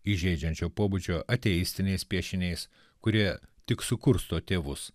įžeidžiančio pobūdžio ateistiniais piešiniais kurie tik sukursto tėvus